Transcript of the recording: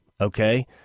Okay